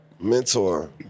Mentor